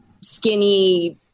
skinny